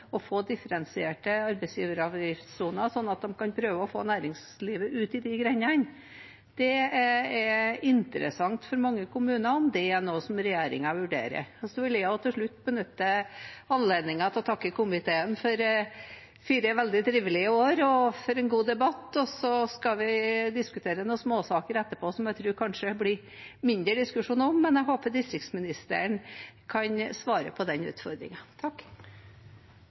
å få differensierte arbeidsgiveravgiftssoner, sånn at de kan prøve å få næringslivet ut i de grendene? Det er interessant for mange kommuner om det er noe som regjeringen vurderer. Jeg vil også til slutt benytte anledningen til å takke komiteen for fire veldig trivelige år og for en god debatt. Vi skal diskutere noen småsaker etterpå som jeg tror det kanskje blir mindre diskusjon om, men jeg håper distriktsministeren kan svare på